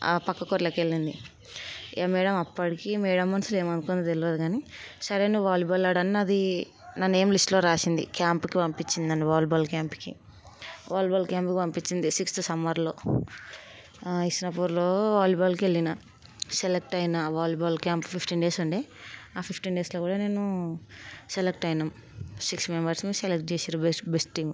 ఆ పక్క కోర్టులోకి వెళ్ళింది ఏం మేడం అప్పటికి మేడం మనసులో ఏమనుకున్నది తెలవదు కాని సరే నువ్వు వాలీబాల్ ఆడాను నాది నా నేమ్ లిస్టులో రాసింది క్యాంప్కి పంపించింది నన్ను వాలీబాల్ క్యాంప్కి వాలీబాల్ క్యాంప్కి పంపించింది సిక్స్త్ సమ్మర్లో ఇస్లాపూర్లో వాలీబాల్కి వెళ్ళిన సెలెక్ట్ అయిన వాలీబాల్ క్యాంపు ఫిఫ్టీన్ డేస్ ఉండే ఆ ఫిఫ్టీన్ డేస్లో కూడా నేను సెలెక్ట్ అయినం సిక్స్ మెంబర్స్ని సెలెక్ట్ చేసారు బెస్ట్ బెస్ట్ టీం